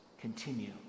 continue